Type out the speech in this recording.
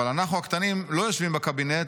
אבל אנחנו הקטנים לא יושבים בקבינט.